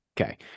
Okay